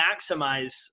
maximize